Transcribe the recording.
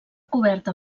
coberta